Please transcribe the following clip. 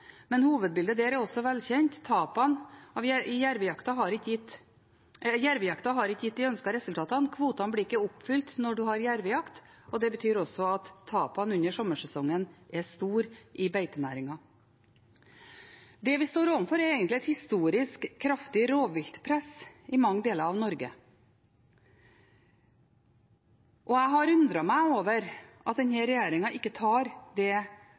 men hovedbildet der er velkjent. Jervejakten har ikke gitt de ønskede resultatene. Kvotene blir ikke oppfylt når man har jervejakt, og det betyr også at tapene under sommersesongen er store i beitenæringen. Det vi står overfor, er egentlig et historisk kraftig rovviltpress i mange deler av Norge. Jeg har undret meg over at denne regjeringen ikke tar det